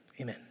Amen